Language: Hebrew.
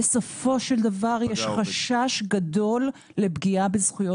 בסופו של דבר יש חשש גדול לפגיעה בזכויות